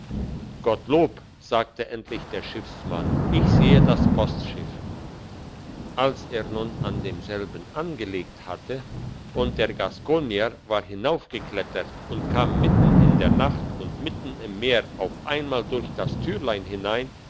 gottlob sagte endlich der schiffsmann ich sehe das postschiff als er nun an demselben angelegt hatte und der gaskonier war hinaufgeklettert und kam mitten in der nacht und mitten im meer auf einmal durch das türlein hinein